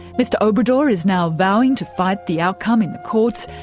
mr obrador is now vowing to fight the outcome in the courts,